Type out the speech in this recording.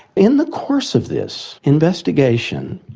in the course of this investigation,